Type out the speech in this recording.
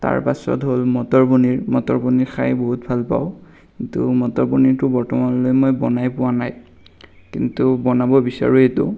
তাৰ পিছত হ'ল মটৰ পনীৰ মটৰ পনীৰ খাই বহুত ভাল পাওঁ কিন্তু মটৰ পনীৰটো বৰ্তমানলৈ মই বনাই পোৱা নাই কিন্তু বনাব বিচাৰোঁ এইটো